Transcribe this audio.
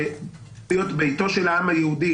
שאמורה להיות ביתו של העם היהודי